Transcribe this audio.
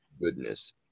goodness